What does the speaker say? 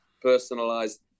personalized